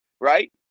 right